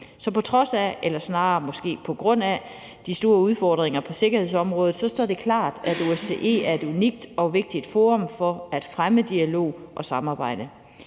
Så på trods af – eller snarere måske på grund af – de store udfordringer på sikkerhedsområdet står det klart, at OSCE er et unikt og vigtigt forum for at fremme dialog og samarbejde.